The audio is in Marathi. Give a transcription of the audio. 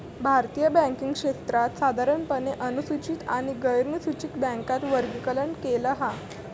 भारतीय बॅन्किंग क्षेत्राक साधारणपणे अनुसूचित आणि गैरनुसूचित बॅन्कात वर्गीकरण केला हा